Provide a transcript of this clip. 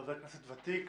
חבר כנסת ותיק,